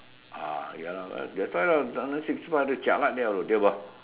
ah ya lah that's why lah under sixty five jialat [liao] they will